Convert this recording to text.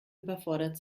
überfordert